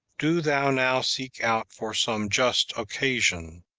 do thou now seek out for some just occasion,